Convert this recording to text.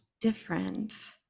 different